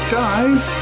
guys